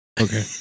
okay